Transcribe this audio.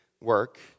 work